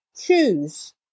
choose